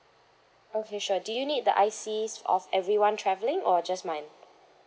okay sure do you need the I_Cs of everyone travelling or just mine